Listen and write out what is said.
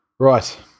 right